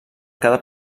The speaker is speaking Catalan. cada